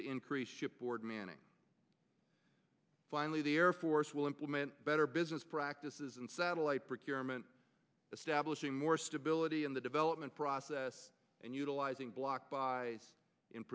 to increase shipboard manning finally the air force will implement better business practices and satellite procurement establishing more stability in the development process and utilizing block by in